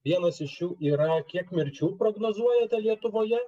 vienas iš jų yra kiek mirčių prognozuojate lietuvoje